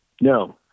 No